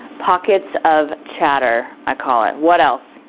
pockets of chatter i call it. what else?